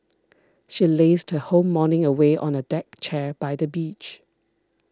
she lazed her whole morning away on a deck chair by the beach